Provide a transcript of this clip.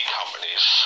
companies